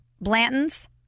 Blanton's